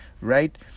right